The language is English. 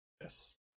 yes